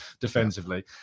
defensively